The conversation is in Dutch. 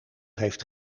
heeft